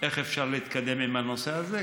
איך אפשר להתקדם עם הנושא הזה,